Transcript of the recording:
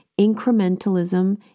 Incrementalism